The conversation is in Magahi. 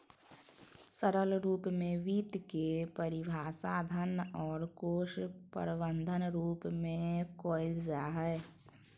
सरल रूप में वित्त के परिभाषा धन और कोश प्रबन्धन रूप में कइल जा हइ